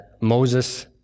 Moses